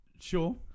Sure